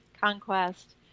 Conquest